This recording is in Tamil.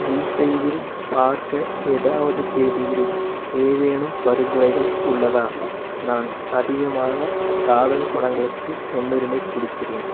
ஜீ ஃபைவில் பார்க்க ஏதாவது தேடுகிறேன் ஏதேனும் பரிந்துரைகள் உள்ளதா நான் அதிகமாக காதல் படங்களுக்கு முன்னுரிமை குடுக்கிறேன்